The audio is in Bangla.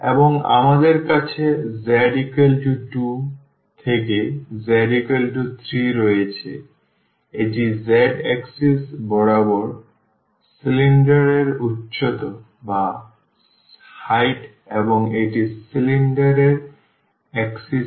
এবং আমাদের কাছে z 2 থেকে z 3 রয়েছে এটি z axis বরাবর সিলিন্ডার এর উচ্চতা এবং এটি সিলিন্ডার এর axis ও